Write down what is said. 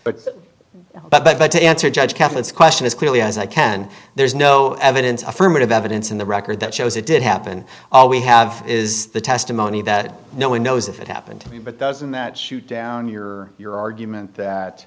but but but to answer judge catholics question as clearly as i can there's no evidence affirmative evidence in the record that shows it did happen all we have is the testimony that no one knows if it happened to me but doesn't that shoot down your your argument